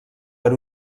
per